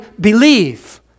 believe